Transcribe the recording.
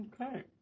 Okay